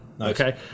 Okay